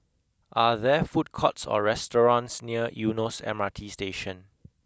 are there food courts or restaurants near Eunos M R T Station